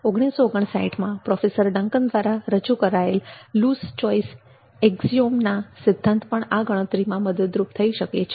૧૯૫૯માં professor Duncan દ્વારા રજૂ કરાયેલ લુસ ચોઈસ એકિઝઓમના સિદ્ધાંત પણ આ ગણતરીમાં મદદરૂપ થઈ શકે છે